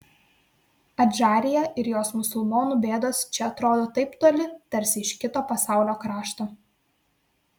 adžarija ir jos musulmonų bėdos čia atrodo taip toli tarsi iš kito pasaulio krašto